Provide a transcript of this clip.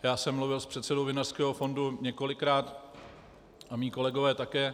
Já jsem mluvil s předsedou Vinařského fondu několikrát a mí kolegové také.